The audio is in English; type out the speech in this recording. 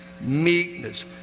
meekness